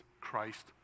Christ